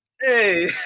Hey